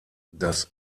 das